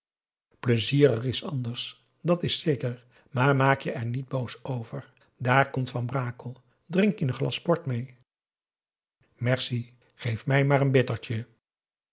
pleizierig is anders dat is zeker maar maak je er niet boos over daar komt van brakel drink je een glas port mee merci geeft mij maar n bittertje